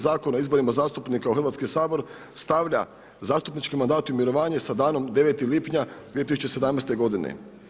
Zakona o izboru zastupnika u Hrvatski sabor, stavlja zastupnički mandat u mirovanje, sa danom 9. lipnja 2017. godine.